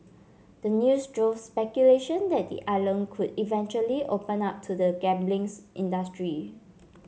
the news drove speculation that the island could eventually open up to the gambling industry